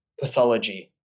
Pathology